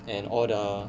and all the